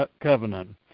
covenant